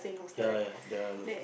ya ya that one